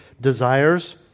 desires